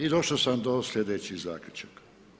I došao sam do slijedećih zaključaka.